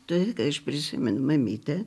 todėl kad aš prisimenu mamytę